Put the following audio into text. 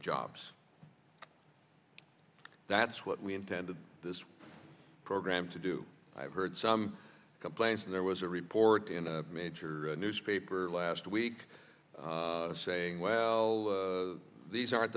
jobs that's what we intended this program to do i've heard some complaints and there was a report in a major newspaper last week saying well these aren't